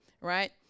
right